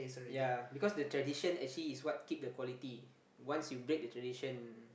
ya because the tradition actually is what keep the quality once you break the tradition